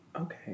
Okay